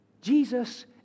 Jesus